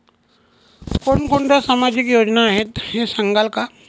कोणकोणत्या सामाजिक योजना आहेत हे सांगाल का?